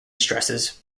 stresses